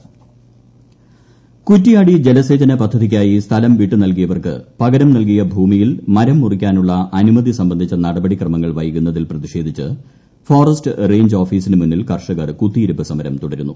സമരം കോഴിക്കോട് കുറ്റിയാടി ജലസേചന പദ്ധതിക്കായി സ്ഥലം വിട്ട് നല്കിയവർക്ക് പകരം നല്കിയ ഭൂമിയിൽ മരം മുറിക്കാനുളള അനുമതി സംബന്ധിച്ച നടപടിക്രമങ്ങൾ വൈകുന്നതിൽ പ്രതിഷേധിച്ച് ഫോറസ്റ്റ് റേഞ്ച് ഓഫിസിന് മുന്നിൽ കർഷകർ കുത്തിയിരിപ്പ് സമരം തുടരുന്നു